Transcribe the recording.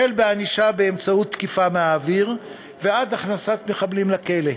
החל בענישה באמצעות תקיפה מהאוויר ועד הכנסת מחבלים לכלא.